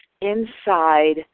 inside